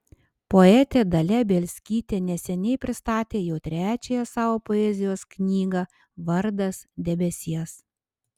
poetė dalia bielskytė neseniai pristatė jau trečiąją savo poezijos knygą vardas debesies